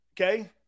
Okay